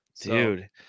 Dude